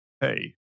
hey